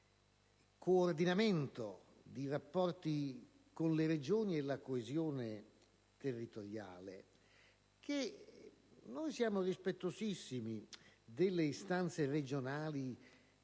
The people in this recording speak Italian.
coordinamento, di rapporti con le Regioni e di coesione territoriale. Siamo rispettosissimi delle istanze regionali,